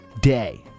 day